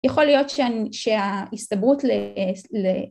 ‫יכול להיות שההסתברות ל...